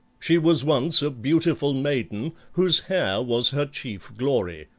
she was once a beautiful maiden whose hair was her chief glory,